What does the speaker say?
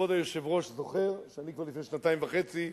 כבוד היושב-ראש זוכר שאני כבר לפני שנתיים וחצי,